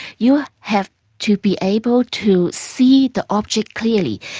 you ah have to be able to see the object clearly,